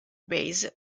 base